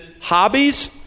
hobbies